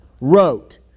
wrote